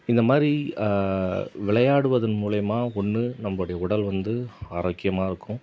இந்த மாதிரி விளையாடுவதன் மூலயமா ஒன்று நம்முடைய உடல் வந்து ஆரோக்கியமாக இருக்கும்